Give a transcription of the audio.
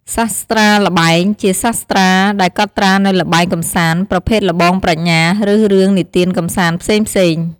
សាស្ត្រាល្បែង ជាសាស្ត្រាដែលកត់ត្រានូវល្បែងកម្សាន្ត ប្រភេទល្បងប្រាជ្ញា ឬរឿងនិទានកម្សាន្តផ្សេងៗ។